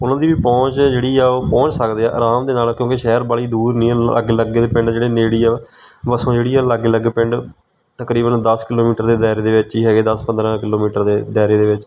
ਉਹਨਾਂ ਦੀ ਵੀ ਪਹੁੰਚ ਜਿਹੜੀ ਆ ਉਹ ਪਹੁੰਚ ਸਕਦੇ ਆ ਆਰਾਮ ਦੇ ਨਾਲ ਕਿਉਂਕਿ ਸ਼ਹਿਰ ਬਾਹਲੀ ਦੂਰ ਨਹੀਂ ਆ ਲਾਗੇ ਲਾਗੇ 'ਤੇ ਪਿੰਡ ਜਿਹੜੇ ਨੇੜੇ ਆ ਵਸੋਂ ਜਿਹੜੀ ਆ ਲਾਗੇ ਲਾਗੇ ਪਿੰਡ ਤਕਰੀਬਨ ਦਸ ਕਿਲੋਮੀਟਰ ਦੇ ਦਾਇਰੇ ਦੇ ਵਿੱਚ ਹੀ ਹੈਗੇ ਦਸ ਪੰਦਰਾਂ ਕਿਲੋਮੀਟਰ ਦੇ ਦਾਇਰੇ ਦੇ ਵਿੱਚ